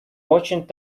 очень